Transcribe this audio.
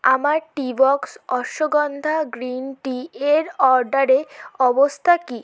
আমার tea box ashwagandha green tea এর অর্ডারে অবস্থা কি